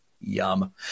yum